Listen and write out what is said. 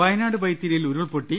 വയനാട് വൈത്തിരിയിൽ ഉരുൾപൊട്ടി